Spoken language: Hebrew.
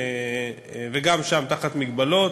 וגם שם תחת מגבלות.